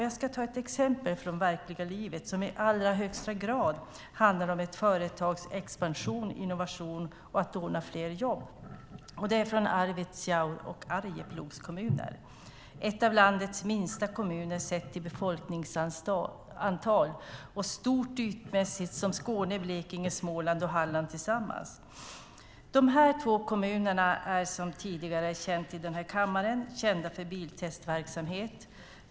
Jag ska ta ett exempel från verkliga livet som i allra högsta grad handlar om ett företags expansion och innovation och att ordna fler jobb. Det är från Arvidsjaurs och Arjeplogs kommuner. Det är ett par av landets minsta kommuner sett till befolkningsantal, men ytmässigt är de stora som Skåne, Blekinge, Småland och Halland tillsammans. Dessa två kommuner är, som tidigare är känt i denna kammare, kända för biltestverksamhet.